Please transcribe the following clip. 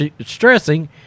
stressing